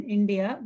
India